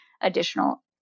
additional